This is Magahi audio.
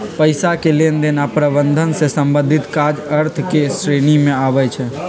पइसा के लेनदेन आऽ प्रबंधन से संबंधित काज अर्थ के श्रेणी में आबइ छै